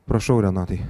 prašau renatai